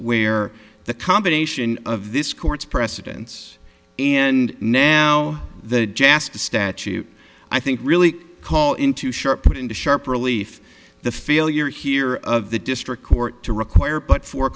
where the combination of this court's precedence and now the jasc the statute i think really call into sharp into sharp relief the failure here of the district court to require but for